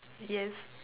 yes